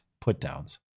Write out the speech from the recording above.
put-downs